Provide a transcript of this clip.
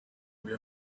their